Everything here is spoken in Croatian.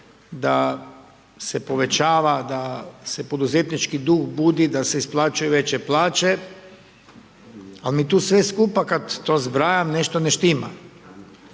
da se povećava, da se poduzetnički duh budu, da se isplaćuju veće plaće ali mi tu sve skupa kada to zbrajam nešto ne štima.